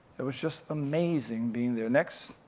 it was just amazing being there, next.